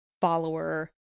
follower